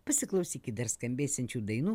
pasiklausykit dar skambėsiančių dainų